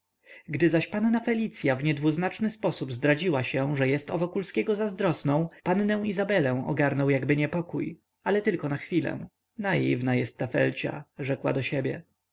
gdy zaś panna felicya w niedwuznaczny sposób zdradziła się że jest o wokulskiego zazdrosną pannę izabelę ogarnął jakby niepokój ale tylko na chwilę naiwna jest ta felcia rzekła do siebie